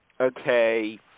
Okay